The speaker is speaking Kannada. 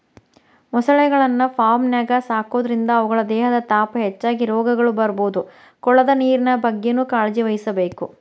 ಮೊಸಳೆಗಳನ್ನ ಫಾರ್ಮ್ನ್ಯಾಗ ಸಾಕೋದ್ರಿಂದ ಅವುಗಳ ದೇಹದ ತಾಪ ಹೆಚ್ಚಾಗಿ ರೋಗಗಳು ಬರ್ಬೋದು ಕೊಳದ ನೇರಿನ ಬಗ್ಗೆನೂ ಕಾಳಜಿವಹಿಸಬೇಕು